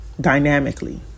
dynamically